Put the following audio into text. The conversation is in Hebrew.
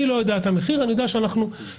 אני לא יודע את המחיר אבל אני יודע שאנחנו נמצאים